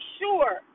sure